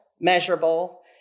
measurable